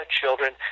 children